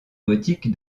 gothique